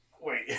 wait